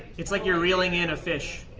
it's like you're reeling in a fish.